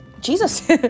jesus